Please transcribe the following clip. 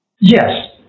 Yes